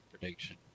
prediction